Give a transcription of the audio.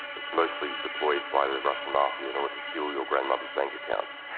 it's mostly deployed by the russian mafia in order to steal your grandmother's bank accounts.